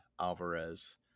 Alvarez